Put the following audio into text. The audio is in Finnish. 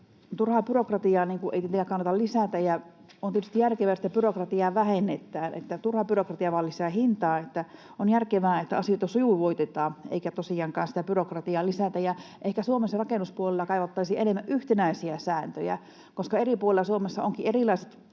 Turhaa byrokratiaa ei kannata lisätä, ja on tietysti järkevää, että sitä byrokratiaa vähennetään, koska turha byrokratia vain lisää hintaa, eli on järkevää, että asioita sujuvoitetaan eikä tosiaankaan sitä byrokratiaa lisätä. Ja ehkä Suomessa rakennuspuolella kaivattaisiin enemmän yhtenäisiä sääntöjä, koska eri puolilla Suomea on erilaiset